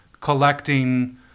collecting